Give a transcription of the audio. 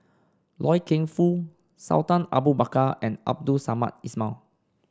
Loy Keng Foo Sultan Abu Bakar and Abdul Samad Ismail